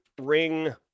Ring